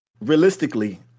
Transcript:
Realistically